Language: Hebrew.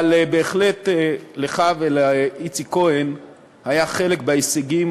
אבל בהחלט לך ולאיציק כהן היה חלק בהישגים